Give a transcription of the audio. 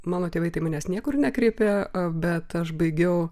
mano tėvai tai manęs niekur nekreipė bet aš baigiau